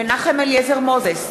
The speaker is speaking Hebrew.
(קוראת בשמות חברי הכנסת) מנחם אליעזר מוזס,